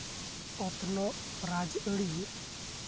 ᱚᱛᱱᱚᱜ ᱨᱟᱡᱽ ᱟᱨᱤ